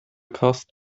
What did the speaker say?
cost